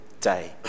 day